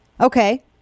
Okay